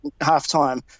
half-time